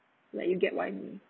like you get what I mean